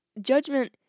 judgment